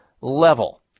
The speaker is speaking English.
level